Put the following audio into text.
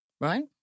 right